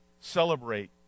celebrate